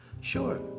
Sure